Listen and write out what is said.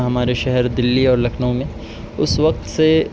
ہمارے شہر دلی اور لکھنؤ میں اس وقت سے